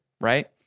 right